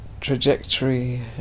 trajectory